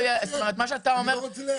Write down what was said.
מה שאתה אומר,